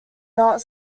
not